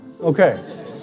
Okay